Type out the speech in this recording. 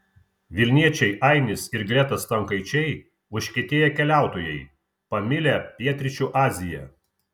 vilniečiai ainis ir greta stankaičiai užkietėję keliautojai pamilę pietryčių aziją